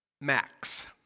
Max